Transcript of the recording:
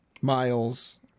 Miles